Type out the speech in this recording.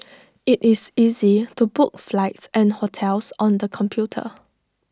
IT is easy to book flights and hotels on the computer